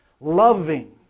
Loving